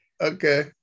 Okay